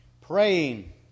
Praying